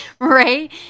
right